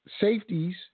Safeties